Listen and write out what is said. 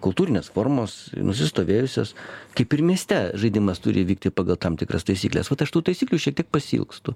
kultūrinės formos nusistovėjusios kaip ir mieste žaidimas turi vykti pagal tam tikras taisykles vat aš tų taisyklių šiek tiek pasiilgstu